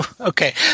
okay